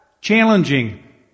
challenging